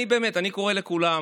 אני באמת קורא לכולם,